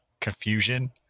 confusion